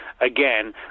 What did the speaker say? again